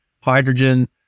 hydrogen